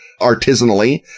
artisanally